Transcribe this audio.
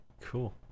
cool